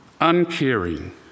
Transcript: uncaring